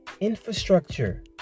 infrastructure